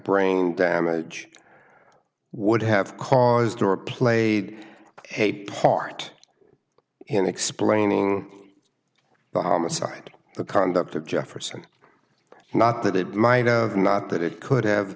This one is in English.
brain damage would have caused or played a part in explaining the homicide the conduct of jefferson not that it might have not that it could have